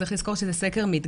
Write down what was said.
צריך לזכור שזה סקר מדגמי,